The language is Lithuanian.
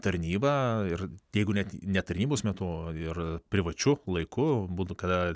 tarnyba ir jeigu net ne tarnybos metu ir privačiu laiku būtų kada